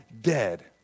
dead